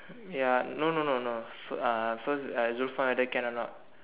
ya no no no no fi~ uh first uh Zulfan whether can or not